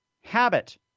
habit